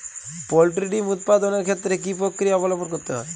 Poultry ডিম উৎপাদনের ক্ষেত্রে কি পক্রিয়া অবলম্বন করতে হয়?